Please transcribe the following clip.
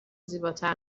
زیباتر